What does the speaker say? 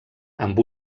amb